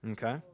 Okay